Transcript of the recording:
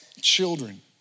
children